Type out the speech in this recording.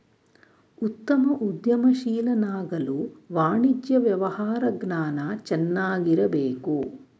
ಉತ್ತಮ ಉದ್ಯಮಶೀಲನಾಗಲು ವಾಣಿಜ್ಯ ವ್ಯವಹಾರ ಜ್ಞಾನ ಚೆನ್ನಾಗಿರಬೇಕು